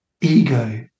ego